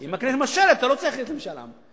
אם הכנסת מאשרת, אתה לא צריך ללכת למשאל עם.